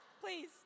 please